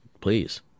please